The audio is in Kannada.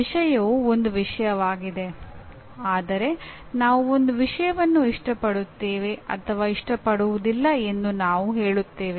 ವಿಷಯವು ಒಂದು ವಿಷಯವಾಗಿದೆ ಆದರೆ ನಾವು ಒಂದು ವಿಷಯವನ್ನು ಇಷ್ಟಪಡುತ್ತೇವೆ ಅಥವಾ ಇಷ್ಟಪಡುವುದಿಲ್ಲ ಎಂದು ನಾವು ಹೇಳುತ್ತೇವೆ